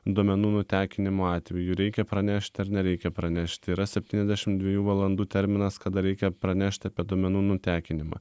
duomenų nutekinimo atveju reikia pranešti ar nereikia pranešti yra septyniasdešim dviejų valandų terminas kada reikia pranešti apie duomenų nutekinimą